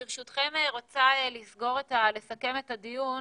ברשותכם, אני רוצה לסכם את הדיון.